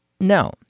No